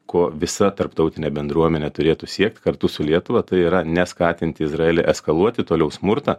ko visa tarptautinė bendruomenė turėtų siekti kartu su lietuva tai yra neskatinti izraelį eskaluoti toliau smurtą